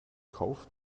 kauf